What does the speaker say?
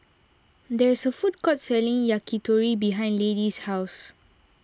there is a food court selling Yakitori behind Lady's house